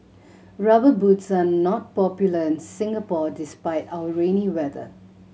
Rubber Boots are not popular in Singapore despite our rainy weather